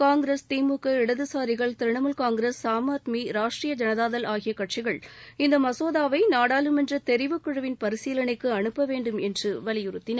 காங்கிரஸ் திமுக இடதுசாரிகள் திரிணாமுல் காங்கிரஸ் ஆம்ஆத்மி ராஷ்டிரிய ஜனதாதள் ஆகிய கட்சிகள் இந்த மசோதாவை நாடாளுமன்ற தெரிவு குழுவின் பரிசீலனைக்கு அனுப்பவேண்டும் என்று வலியுறுத்தின